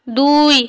দুই